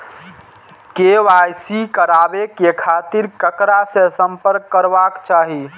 KYC कराबे के खातिर ककरा से संपर्क करबाक चाही?